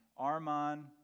Arman